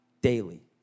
daily